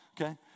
okay